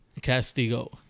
castigo